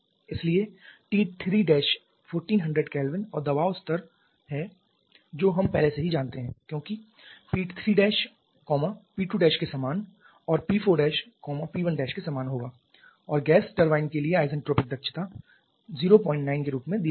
इसलिए T3 1400 K और दबाव स्तर है जो हम पहले से ही जानते हैं क्योंकि P3 P2 के समान और P4 P1 के समान होगा और गैस टरबाइन के लिए isentropic दक्षता 09 के रूप में दिया गया है